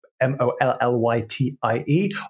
M-O-L-L-Y-T-I-E